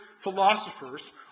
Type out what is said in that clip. philosophers